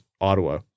Ottawa